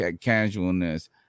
casualness